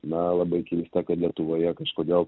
na labai keista kad lietuvoje kažkodėl